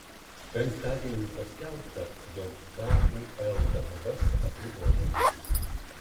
penktadienį paskelbta jog kul darbas apribojamas